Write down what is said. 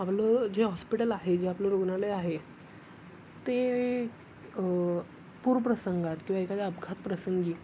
आपलं जे हॉस्पिटल आहे जे आपलं रुग्णालय आहे ते पूर प्रसंगात किंवा एखाद्या अपघात प्रसंगी